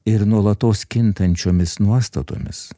ir nuolatos kintančiomis nuostatomis